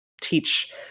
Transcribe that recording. teach